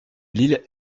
l’île